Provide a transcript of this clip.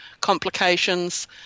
complications